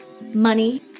money